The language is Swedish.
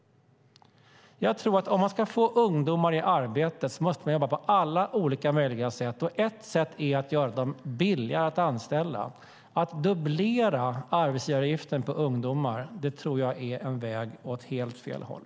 Ska man få ungdomar i arbete måste man arbeta på alla möjliga sätt, och ett sätt är att göra dem billigare att anställa. Att dubblera arbetsgivaravgiften för ungdomar är en väg åt helt fel håll.